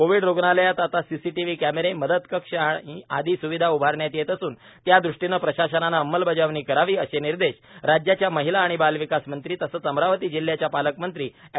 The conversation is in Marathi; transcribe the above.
कोविड रुग्णालयात आता सीसीटीव्ही कॅमेरे मदत कक्ष आदी स्विधा उभारण्यात येत असून त्यादृष्टीने प्रशासनाने अंमलबजावणी करावी असे निर्देश राज्याच्या महिला व बालविकास मंत्री तथा अमरावती जिल्ह्याच्या पालकमंत्री ऍड